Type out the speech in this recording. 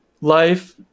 life